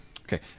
Okay